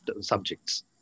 subjects